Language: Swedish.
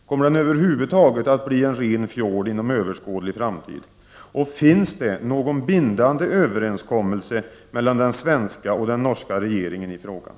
Kommer den över huvud taget att bli en ren fjord inom överskådlig framtid? Finns det någon bindande överenskommelse mellan den svenska och den norska regeringen i frågan?